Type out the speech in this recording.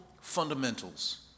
fundamentals